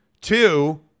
Two